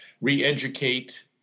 re-educate